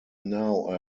now